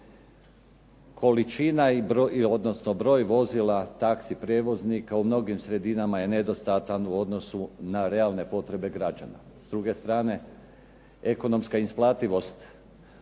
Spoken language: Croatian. prijevoza. Broj vozila taxi prijevoznika u mnogim sredinama je nedostatan u odnosu na realne potrebe građana. S druge strane ekonomska isplativost